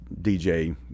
DJ